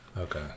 Okay